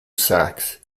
saxe